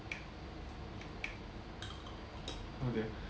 oh dear